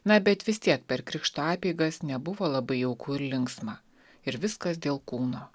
na bet vis tiek per krikšto apeigas nebuvo labai jauku ir linksma ir viskas dėl kūno